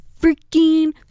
freaking